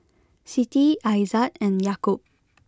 Siti Aizat and Yaakob